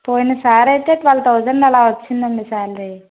పోయిన సారి అయితే ట్వెల్వ్ థౌజండ్ అలా వచ్చిందండి శాలరీ